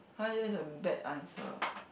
[huh] that's a bad answer